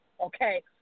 okay